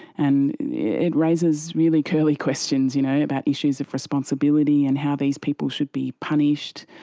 and it raises really curly questions you know about issues of responsibility and how these people should be punished.